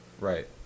Right